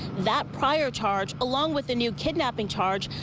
that prior charge, along with the new kidnapping charge,